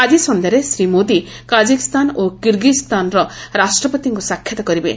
ଆକି ସନ୍ଧ୍ୟାରେ ଶ୍ରୀ ମୋଦି କାଜାଖାସ୍ତାନ ଓ କିରଗିଜ୍ଞାନର ରାଷ୍ଟ୍ରପତିଙ୍କୁ ସାକ୍ଷାତ କରିବେ